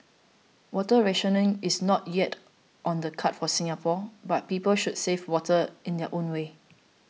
water rationing is not yet on the cards for Singapore but people should save water in their own ways